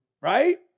Right